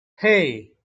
hey